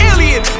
Alien